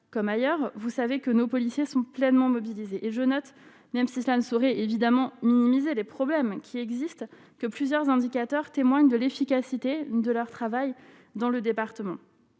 comme ailleurs, vous savez que nos policiers sont pleinement mobilisés et je note, même si cela ne saurait évidemment minimiser les problèmes qui existent que plusieurs indicateurs témoignent de l'efficacité de leur travail dans le département,